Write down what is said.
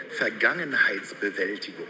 Vergangenheitsbewältigung